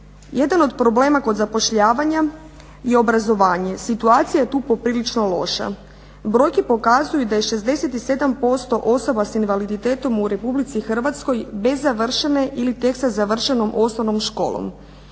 Jedan od problema kod zapošljavanja je obrazovanje. Situacija je tu poprilično loša. Brojke pokazuju da je 67% osoba sa invaliditetom u Republici Hrvatskoj bez završene ili tek sa završenom osnovnom školom.